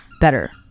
better